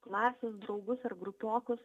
klasės draugus ir grupiokus